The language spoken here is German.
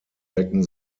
wecken